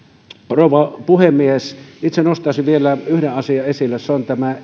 rouva puhemies itse nostaisin vielä yhden asian esille se on tämä